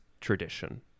tradition